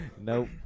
Nope